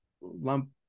lump